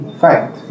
fact